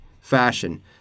fashion